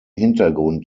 hintergrund